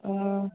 आं